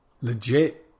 legit